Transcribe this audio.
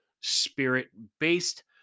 spirit-based